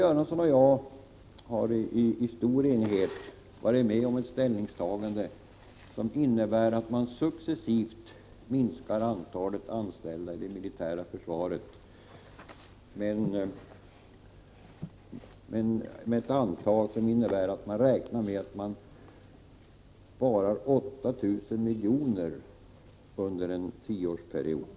I stor enighet har Olle Göransson och jag varit med om ställningstaganden som innebär att man successivt minskar antalet anställda i det militära försvaret, så att man kan spara 8 000 milj.kr. under en tioårsperiod.